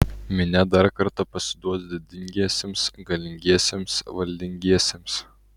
minia dar kartą pasiduos didingiesiems galingiesiems valdingiesiems